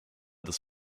des